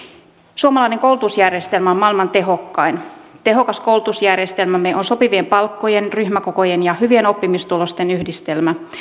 suomalainen koulutusjärjestelmä on maailman tehokkain tehokas koulutusjärjestelmämme on sopivien palkkojen ryhmäkokojen ja hyvien oppimistulosten yhdistelmä